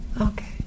Okay